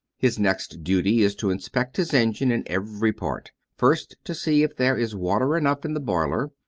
his next duty is to inspect his engine in every part first, to see if there is water enough in the boiler,